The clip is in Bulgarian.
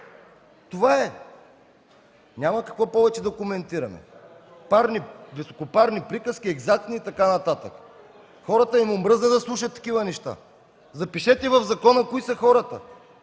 Това е. Няма какво повече да коментираме високопарни приказки, екзактни и така нататък. На хората им омръзна да слушат такива неща. Запишете в закона кои са хората